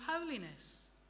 holiness